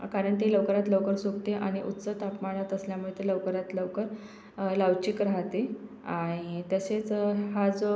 कारण ते लवकरात लवकर सुकते आणि उच्च तापमानात असल्यामुळे ते लवकरात लवकर लवचिक राहते आइ तसेच हा जो